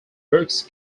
brooks